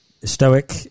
stoic